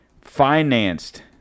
financed